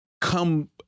come